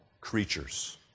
creatures